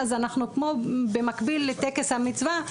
במקביל לטקס המצווה,